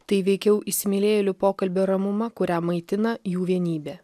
tai veikiau įsimylėjėlių pokalbio ramuma kurią maitina jų vienybė